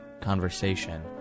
Conversation